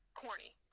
corny